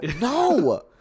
No